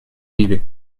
мире